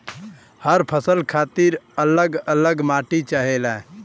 हर फसल खातिर अल्लग अल्लग माटी चाहेला